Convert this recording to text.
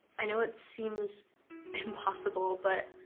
i know it seems impossible but